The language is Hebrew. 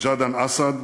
ג'דעאן אסעד,